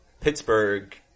Pittsburgh